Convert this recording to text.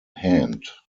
hand